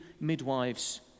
midwives